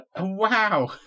Wow